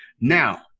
Now